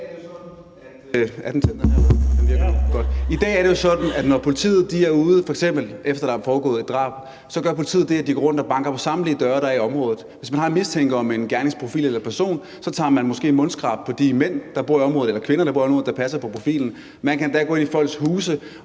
I dag er det jo sådan, at når politiet er ude, f.eks. efter der er foregået et drab, gør politiet det, at de går rundt og banker på samtlige døre, der er i området. Hvis man har en mistanke om en gerningsprofil eller -person, tager man måske mundskrab fra de mænd eller kvinder, der bor i området, og som passer på profilen. Man kan endda gå ind i folks huse